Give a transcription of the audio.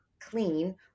clean